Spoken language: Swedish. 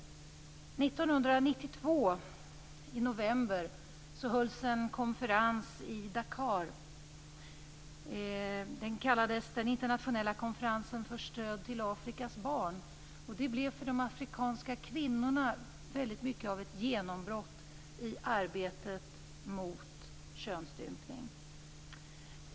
I november 1992 hölls en konferens i Dakar. Den kallades Internationella konferensen för stöd till Afrikas barn, och det blev för de afrikanska kvinnorna väldigt mycket av ett genombrott i arbetet mot könsstympning.